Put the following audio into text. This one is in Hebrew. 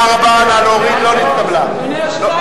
לא נתקבלה.